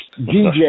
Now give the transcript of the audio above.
DJ